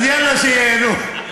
אז יאללה, שייהנו.